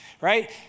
right